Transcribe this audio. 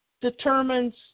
determines